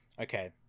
Okay